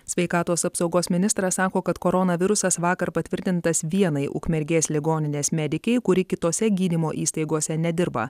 sveikatos apsaugos ministras sako kad koronavirusas vakar patvirtintas vienai ukmergės ligoninės medikei kuri kitose gydymo įstaigose nedirba